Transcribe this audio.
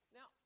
Now